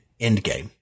Endgame